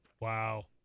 Wow